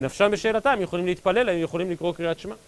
נפשם בשאלתה, הם יכולים להתפלל, הם יכולים לקרוא קריאת שמע.